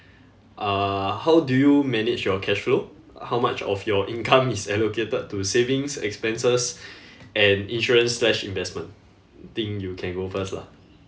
uh how do you manage your cash flow how much of your income is allocated to savings expenses and insurance slash investment think you can go first lah